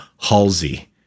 Halsey